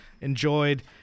enjoyed